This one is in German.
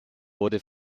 wurde